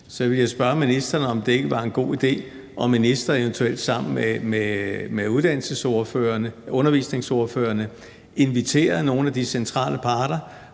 vil jeg spørge ministeren, om det ikke var en god idé, om ministeren eventuelt sammen med uddannelsesordførerne og undervisningsordførerne inviterede nogle af de centrale parter,